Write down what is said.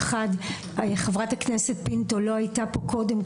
ראשית: חברת הכנסת פינטו לא הייתה פה קודם,